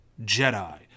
Jedi